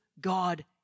God